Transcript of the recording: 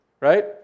right